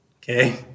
Okay